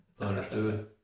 Understood